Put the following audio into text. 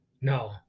No